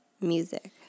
music